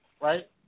right